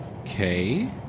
Okay